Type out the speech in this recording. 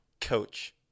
Coach